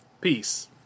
Peace